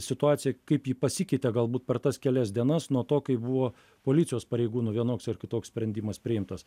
situaciją kaip ji pasikeitė galbūt per tas kelias dienas nuo to kai buvo policijos pareigūnų vienoks ar kitoks sprendimas priimtas